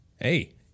hey